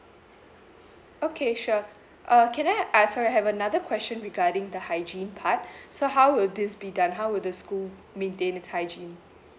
okay sure uh can I ask sorry I have another question regarding the hygiene part so how will this be done how will the school maintain its hygiene